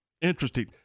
Interesting